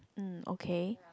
um okay